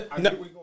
No